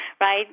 right